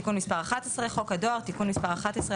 "תיקון מס' 11" - חוק הדואר (תיקון מס' 11),